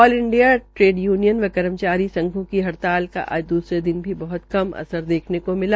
आल India trade union व कर्मचारी संघों की हड़ताल का आज दूसरे दिन भी बहुत कम असर देखने को मिला